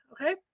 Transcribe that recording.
Okay